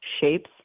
shapes